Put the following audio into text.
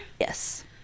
Yes